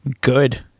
Good